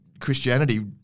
Christianity